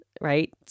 Right